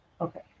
Okay